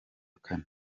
kane